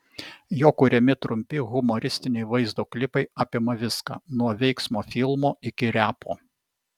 jo kuriami trumpi humoristiniai vaizdo klipai apima viską nuo veiksmo filmo iki repo